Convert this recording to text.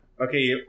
Okay